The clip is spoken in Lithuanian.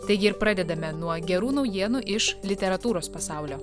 taigi ir pradedame nuo gerų naujienų iš literatūros pasaulio